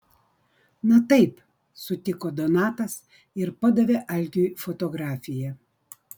na taip sutiko donatas ir padavė algiui fotografiją